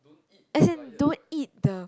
as in don't eat the